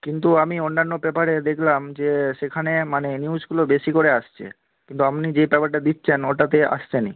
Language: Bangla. কিন্তু আমি অন্যান্য পেপারে দেখলাম যে সেখানে মানে নিউজগুলো বেশি করে আসছে কিন্তু আপনি যে পেপারটা দিচ্ছেন ওটাতে আসছে না